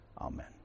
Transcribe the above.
Amen